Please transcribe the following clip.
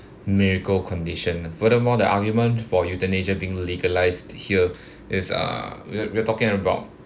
miracle condition furthermore the argument for euthanasia being legalised here is uh we're we're talking about